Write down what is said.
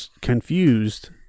confused